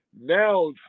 Now